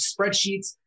spreadsheets